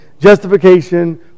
justification